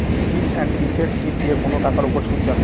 ফিচ and effective দিয়ে কোনো টাকার উপর সুদ জানবো